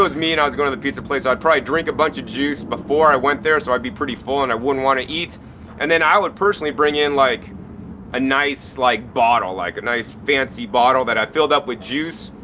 me and i was going to the pizza place i'd probably drink a bunch of juice before i went there so i'd be pretty full and i wouldn't want to eat and then i would personally bring in like a nice like bottle, like a nice fancy bottle that i filled up with juice,